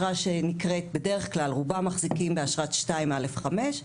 בדרך כלל רובם מחזיקים באשרת 2(א)(5)